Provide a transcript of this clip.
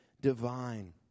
divine